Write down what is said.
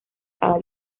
cada